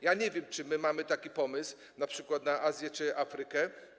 Ja nie wiem, czy my mamy taki pomysł np. na Azję czy Afrykę.